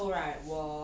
yeah so